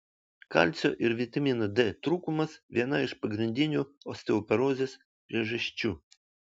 kalcio ir vitamino d trūkumas viena iš pagrindinių osteoporozės priežasčių